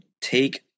take